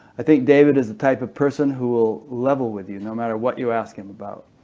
i think david is the type of person who will level with you no matter what you ask him about.